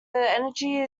energy